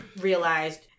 realized